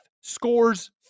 scores